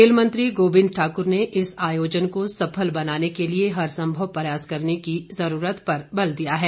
खेल मंत्री गोविंद ठाकुर ने इस आयोजन को सफल बनाने के लिए हरसंभव प्रयास करने की जरूरत पर बल दिया है